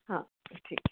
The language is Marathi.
हां ठीक